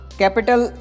capital